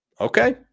Okay